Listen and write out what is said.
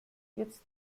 jetzt